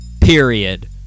period